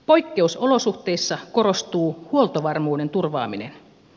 poikkeusolosuhteissa korostuu huoltovarmuuden turvaaminen